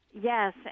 Yes